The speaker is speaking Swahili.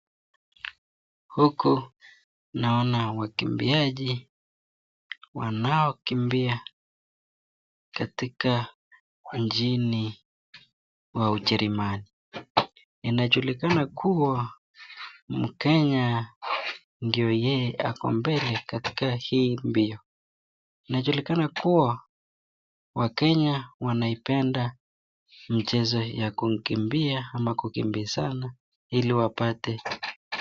Huku naona wakimbiaji wanaokimbia katika nchini wa ujerumani. Inajulikana kuwa mkenya ndio yeye ako mbele katika hizi mbio, inajulikana kuwa wakenya wanaipenda mchezo ya kukimbia ama kukimbizana ili wapate.